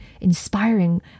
inspiring